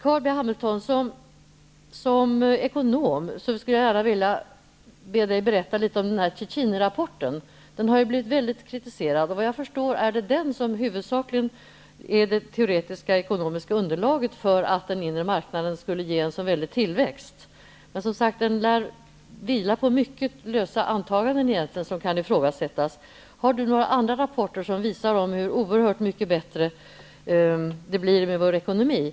Jag skulle gärna vilja att Carl B. Hamilton som ekonom berättar litet om Cecchinirapporten, vilken har blivit väldigt kritiserad. Såvitt jag förstår är det den rapporten som är det huvudsakliga teoretiska ekonomiska underlaget för detta med att den inre marknaden skulle ge en så stor tillväxt. Rapporten lär, som sagt, vila på mycket lösa antaganden -- antaganden som kan ifrågasättas. Har Carl B. Hamilton några andra rapporter som visar hur oerhört mycket bättre vår ekonomi blir?